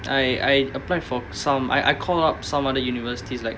I I applied for some I I call up some other universities like